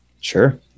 Sure